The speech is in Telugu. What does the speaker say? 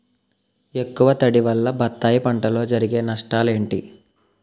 ఎక్కువ తడి వల్ల బత్తాయి పంటలో జరిగే నష్టాలేంటి?